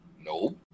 No